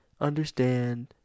understand